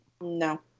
No